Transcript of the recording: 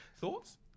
Thoughts